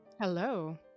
Hello